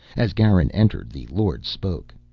as garin entered the lord spoke.